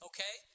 Okay